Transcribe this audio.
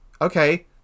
okay